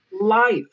life